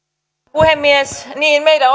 puhemies niin meidän